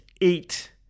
eight